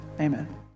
amen